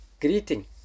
greeting